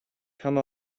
come